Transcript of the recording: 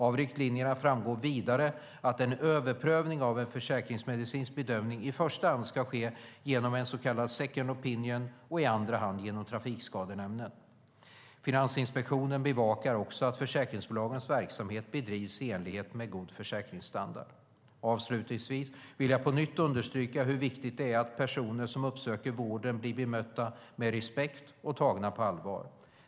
Av riktlinjerna framgår vidare att en överprövning av en försäkringsmedicinsk bedömning i första hand ska ske genom en så kallad second opinion och i andra hand genom Trafikskadenämnden. Finansinspektionen bevakar också att försäkringsbolagens verksamhet bedrivs i enlighet god försäkringsstandard. Avslutningsvis vill jag på nytt understryka hur viktigt det är att personer som uppsöker vården blir bemötta med respekt och tagna på allvar.